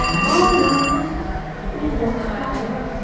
all our life is a strife,